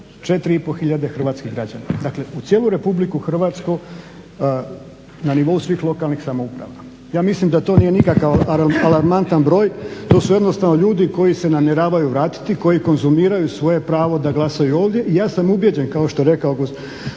tisuće Hrvatskih građana. Dakle, u cijelu Republiku Hrvatsku, na nivou svih lokalnih samouprava. Ja mislim da to nije nikakav alarmantan broj, to su jednostavno ljudi koji se namjeravaju vratiti, koji konzumiraju svoje pravo da glasaju ovdje i ja sam ubjeđen kao što je rekao